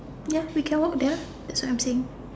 yes we can walk there that's what I'm saying